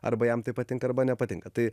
arba jam tai patinka arba nepatinka tai